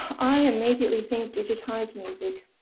i immediately think digitised music